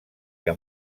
que